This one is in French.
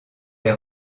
les